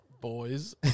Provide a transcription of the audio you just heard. Boys